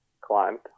climbed